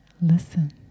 listen